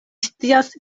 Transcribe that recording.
scias